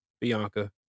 Bianca